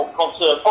concern